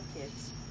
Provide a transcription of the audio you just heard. kids